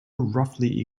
roughly